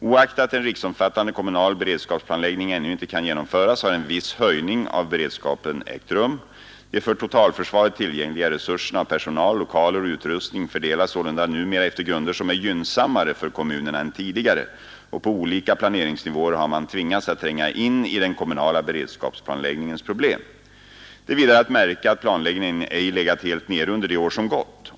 Oaktat en riksomfattande kommunal beredskapsplanläggning ännu inte kunnat genomföras har en viss höjning av beredskapen ägt rum. De för totalförsvaret tillgängliga resurserna av personal, lokaler och utrustning fördelas sålunda numera efter grunder som är gynnsammare för kommunerna än tidigare, och på olika planeringsnivåer har man tvingats att tränga in i den kommunala beredskapsplanläggningens problem. Det är vidare att märka att planläggningen ej legat helt nere under de år som gått.